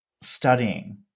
studying